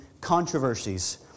controversies